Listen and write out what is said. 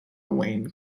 wayne